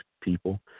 people